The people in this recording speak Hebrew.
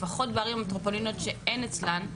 לפחות בערים המטרופוליניות שאין אצלן,